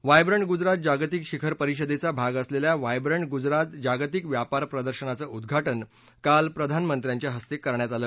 vibrant Gujarat जागतिक शिखर परिषदेचा भाग असलेल्या व्हायब्रंट गुजरात जागतिक व्यापार प्रदर्शनाचं उद्घाटन काल प्रधानमंत्र्यांच्या हस्ते करण्यात आलं